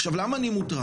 עכשיו, למה אני מוטרד?